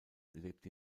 lebt